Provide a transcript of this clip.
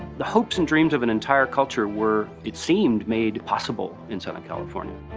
the hopes and dreams of an entire culture were, it seemed, made possible in southern california.